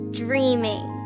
Dreaming